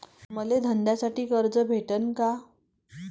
मले धंद्यासाठी कर्ज भेटन का?